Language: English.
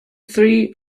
three